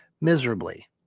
miserably